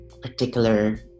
particular